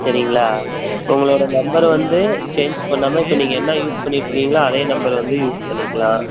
சரிங்களா உங்களோடய நம்பரை வந்து சேஞ்ச் பண்ணாமல் இப்போ நீங்கள் என்ன யூஸ் பண்ணிகிட்ருக்கீங்களோ அதே நம்பரை வந்து யூஸ் பண்ணிக்கலாம்